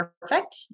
perfect